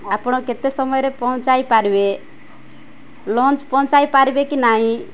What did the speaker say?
ଆପଣ କେତେ ସମୟରେ ପହଞ୍ଚାଇ ପାରିବେ ଲଞ୍ଚ୍ ପହଞ୍ଚାଇ ପାରିବେ କି ନାହିଁ